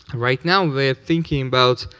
right now, we're thinking about